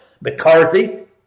McCarthy